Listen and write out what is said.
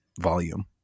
volume